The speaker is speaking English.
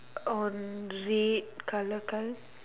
on red colour car